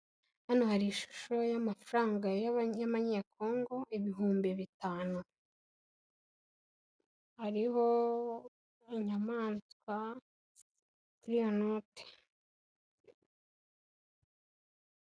Hano hari ishusho y'amafaranga y'amanyekongo ibihumbi bitanu. hariho inyamasa ziriya note.